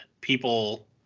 people